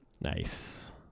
Nice